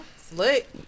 slick